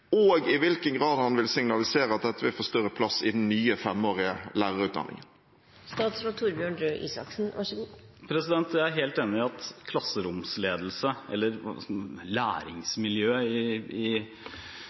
og i hvilken grad vil han signalisere at dette vil få større plass i den nye femårige lærerutdanningen? Jeg er helt enig i at klasseromsledelse – eller læringsmiljøet i bred forstand – kanskje er